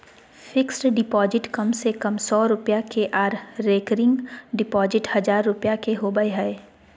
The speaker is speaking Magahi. फिक्स्ड डिपॉजिट कम से कम सौ रुपया के आर रेकरिंग डिपॉजिट हजार रुपया के होबय हय